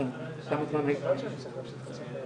אם את מרגישה בשינוי כלשהו בשד,